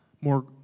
More